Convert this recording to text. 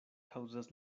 kaŭzas